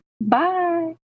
Bye